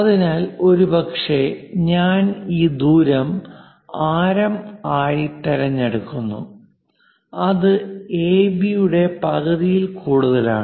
അതിനാൽ ഒരുപക്ഷേ ഞാൻ ഈ ദൂരം ആരം ആയി തിരഞ്ഞെടുക്കുന്നു അത് എബിയുടെ പകുതിയിൽ കൂടുതലാണ്